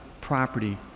property